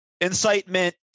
incitement